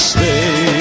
Stay